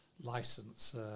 license